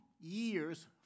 years